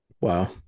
Wow